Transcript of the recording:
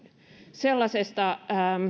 sellaisesta